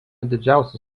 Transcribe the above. didžiausių